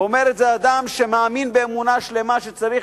ואומר את זה אדם שמאמין באמונה שלמה שצריך